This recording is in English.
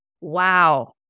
Wow